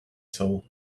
saw